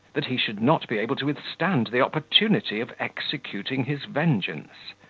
that he should not be able to withstand the opportunity of executing his vengeance.